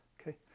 Okay